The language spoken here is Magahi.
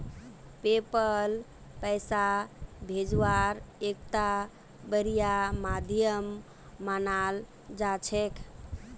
पेपल पैसा भेजवार एकता बढ़िया माध्यम मानाल जा छेक